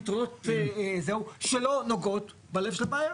פתרונות שלא נוגעים בלב של הבעיה.